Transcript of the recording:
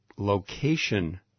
location